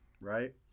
right